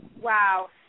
Wow